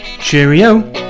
Cheerio